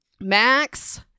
Max